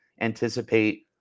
anticipate